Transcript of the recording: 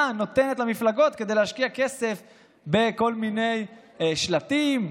נותנת למפלגות כדי להשקיע כסף בכל מיני שלטים,